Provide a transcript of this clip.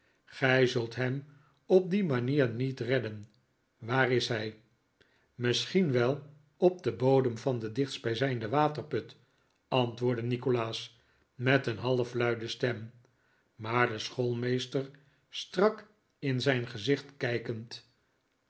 gij zult hem op die manier niet redden waar is hij misschien wel op den bodem van den dichtstbijzijnden waterput antwoordde nikolaas met een half luide stem maar den schoolmeester strak in zijn gezicht kijkend